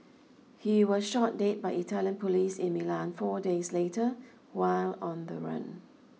he was shot dead by Italian police in Milan four days later while on the run